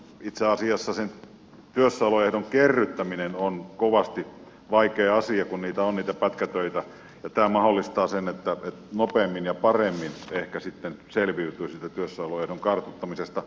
itse asiassa sen työssäoloehdon kerryttäminen on kovasti vaikea asia kun on niitä pätkätöitä ja tämä mahdollistaa sen että nopeammin ja paremmin ehkä sitten selviytyy siitä työssäoloehdon kartuttamisesta